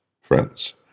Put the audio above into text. friends